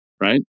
right